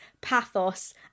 pathos